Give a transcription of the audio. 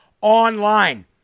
online